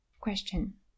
Question